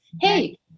hey